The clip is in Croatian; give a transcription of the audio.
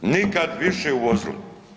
Nikad više uvozili.